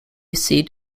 seat